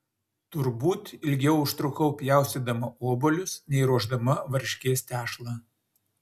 turbūt ilgiau užtrukau pjaustydama obuolius nei ruošdama varškės tešlą